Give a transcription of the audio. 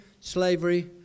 slavery